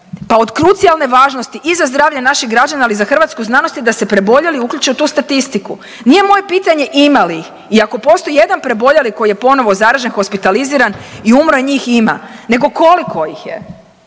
pa od krucijalne važnosti i za zdravlje naših građana, ali i za hrvatsku znanost da se preboljeli uključe u tu statistiku. Nije moje pitanje ima li ih i ako postoji jedan preboljeli koji je ponovo zaražen, hospitaliziran i umro njih ima nego koliko ih je,